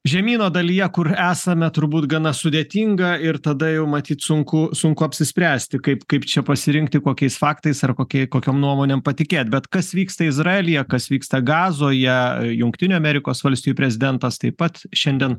žemyno dalyje kur esame turbūt gana sudėtinga ir tada jau matyt sunku sunku apsispręsti kaip kaip čia pasirinkti kokiais faktais ar kokia kokiom nuomonėm patikėt bet kas vyksta izraelyje kas vyksta gazoje jungtinių amerikos valstijų prezidentas taip pat šiandien